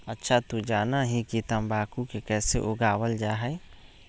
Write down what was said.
अच्छा तू जाना हीं कि तंबाकू के कैसे उगावल जा हई?